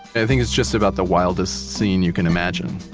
i think it's just about the wildest scene you can imagine